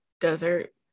desert